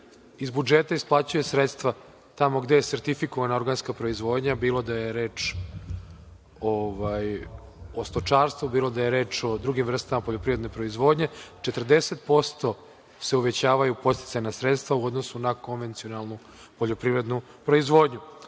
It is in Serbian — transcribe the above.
iz budžeta isplaćuje sredstva tamo gde je sertifikovana organska proizvodnja, bilo da je reč o stočarstvu, bilo da je reč o drugim vrstama poljoprivredne proizvodnje, 40% se uvećavaju podsticajna sredstva u odnosu na komencijonalnu poljoprivrednu proizvodnju. Druga